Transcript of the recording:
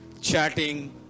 chatting